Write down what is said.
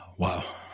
wow